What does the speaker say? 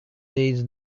needs